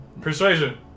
persuasion